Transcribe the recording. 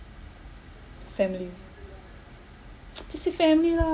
family just say family lah